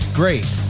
great